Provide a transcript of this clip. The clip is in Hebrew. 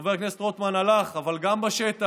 חבר הכנסת רוטמן הלך אבל גם בשטח.